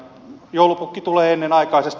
joulupukki tulee ennenaikaisesti